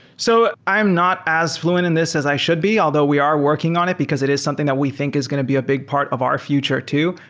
so i'm not as fl uent in this as i should be, although we are working on it, because it is something that we think is going to be a big part of our future too.